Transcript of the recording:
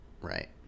Right